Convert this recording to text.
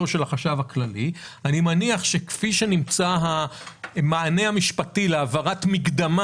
אני מניח שכפי שנמצא המענה המשפטי להעברת מקדמה